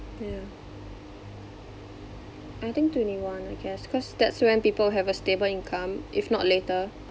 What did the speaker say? yeah I think twenty one I guess cause that's when people have a stable income if not later